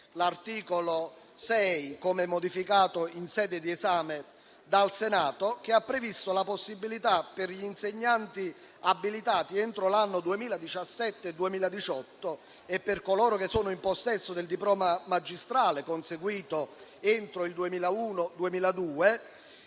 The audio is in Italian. l'articolo 6, come modificato in sede di esame dal Senato, che ha previsto la possibilità per gli insegnanti abilitati entro l'anno 2017-2018 e per coloro che sono in possesso del diploma magistrale conseguito entro il 2001-2002